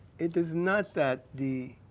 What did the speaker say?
it is not that the